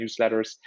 newsletters